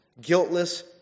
guiltless